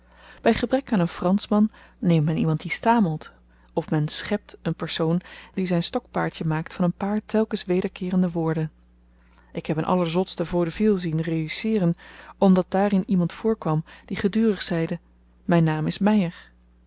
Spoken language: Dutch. wek by gebrek aan een franschman neemt men iemand die stamelt of men schept een persoon die zyn stokpaardje maakt van een paar telkens wederkeerende woorden ik heb een allerzotste vaudeville zien réusseeren omdat daarin iemand voorkwam die gedurig zeide myn naam is meyer